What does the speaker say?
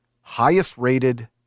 highest-rated